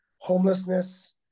homelessness